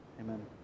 Amen